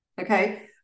okay